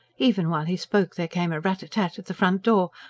even while he spoke there came a rat-a-tat at the front door,